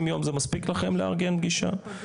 60 ימים זה מספיק לכם לארגן פגישה?